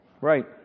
Right